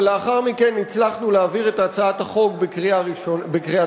אבל לאחר מכן הצלחנו להעביר את הצעת החוק בקריאה טרומית,